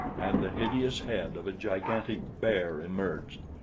and the hideous head of a gigantic bear emerged.